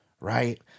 right